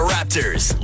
Raptors